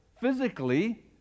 physically